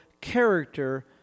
character